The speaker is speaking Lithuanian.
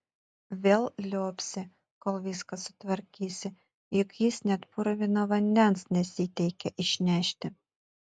vėl liuobsi kol viską sutvarkysi juk jis net purvino vandens nesiteikia išnešti